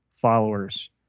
followers